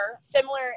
similar